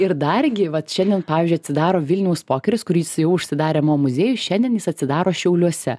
ir dargi vat šiandien pavyzdžiui atsidaro vilniaus pokeris kuris jau užsidarė mo muziejuj šiandien jis atsidaro šiauliuose